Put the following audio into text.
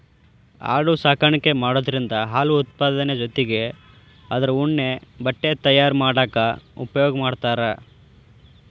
ಆಡು ಸಾಕಾಣಿಕೆ ಮಾಡೋದ್ರಿಂದ ಹಾಲು ಉತ್ಪಾದನೆ ಜೊತಿಗೆ ಅದ್ರ ಉಣ್ಣೆ ಬಟ್ಟೆ ತಯಾರ್ ಮಾಡಾಕ ಉಪಯೋಗ ಮಾಡ್ತಾರ